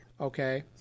okay